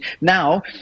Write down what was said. Now